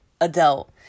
adult